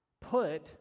put